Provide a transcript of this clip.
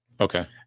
okay